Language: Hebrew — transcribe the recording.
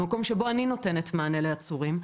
המקום שבו אני נותנת מענה לעצורים,